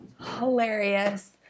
hilarious